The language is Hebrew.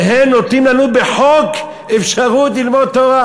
והם נותנים לנו בחוק אפשרות ללמוד תורה.